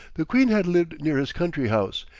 the queen had lived near his country-house,